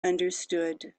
understood